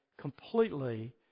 completely